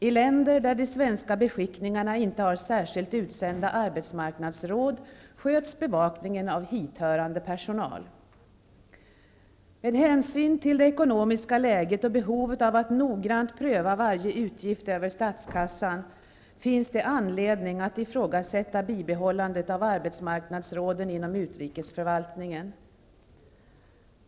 I länder där de svenska beskickningarna inte har särskilt utsända arbetsmarknadsråd sköts bevakningen av hithörande personal. Med hänsyn till det ekonomiska läget och behovet av att noggrant pröva varje utgift över statskassan finns det anledning att ifrågasätta bibehållandet av arbetsmarknadsråden inom utrikesförvaltningen.